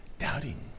doubting